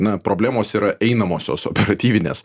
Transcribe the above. na problemos yra einamosios operatyvinės